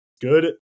good